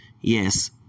Yes